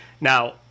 Now